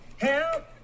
help